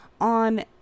on